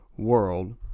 World